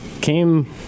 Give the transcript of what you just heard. came